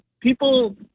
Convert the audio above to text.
People